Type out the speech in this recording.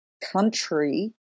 country